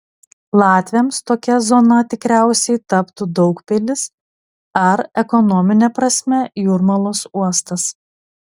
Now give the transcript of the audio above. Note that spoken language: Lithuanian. latviams tokia zona tikriausiai taptų daugpilis ar ekonomine prasme jūrmalos uostas